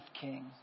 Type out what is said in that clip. king